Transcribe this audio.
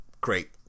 great